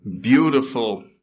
beautiful